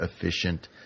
efficient